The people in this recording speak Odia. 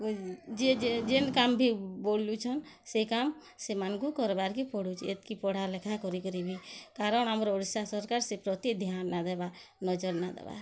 ଯିଏ ଯେନ୍ କାମ୍ ବି ବଲୁଛନ୍ ସେ କାମ୍ ସେମାନକୁଁ କର୍ବାର୍କେ ପଡ଼ୁଛେ ଏତେ ପଢ଼ାଲିଖା କରି କରିବି କାରଣ ଆମର୍ ଓଡ଼ିଶା ସରକାର୍ ସେ ପ୍ରତି ଧ୍ୟାନ୍ ନାଇଁ ଦେବାର୍